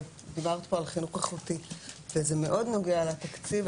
מדובר פה על --- וזה מאוד נוגע לתקציב,